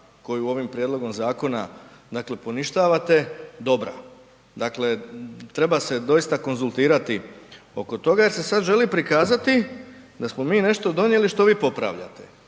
koju ovim prijedlogom zakona dakle poništavate, dobra. Dakle, treba se dosita konzultirati oko toga jer se sad želi prikazati da smo mi nešto donijeli što vi popravljate.